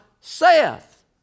saith